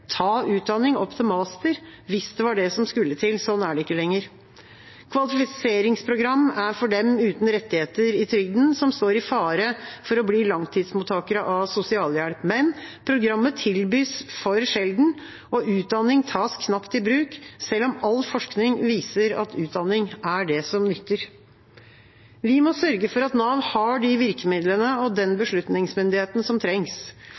ta utdanning opp til master, hvis det var det som skulle til. Sånn er det ikke lenger. Kvalifiseringsprogram er for dem uten rettigheter i trygden som står i fare for å bli langtidsmottakere av sosialhjelp. Men programmet tilbys for sjelden, og utdanning tas knapt i bruk, selv om all forskning viser at utdanning er det som nytter. Vi må sørge for at Nav har de virkemidlene og den beslutningsmyndigheten som trengs.